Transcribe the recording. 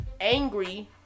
angry